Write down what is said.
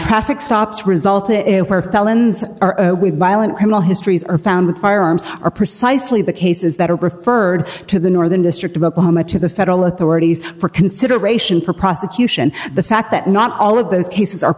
traffic stops resulted in her felons are we violent criminal histories are found with firearms are precisely the cases that are referred to the northern district of oklahoma to the federal authorities for consideration for prosecution the fact that not all of those cases are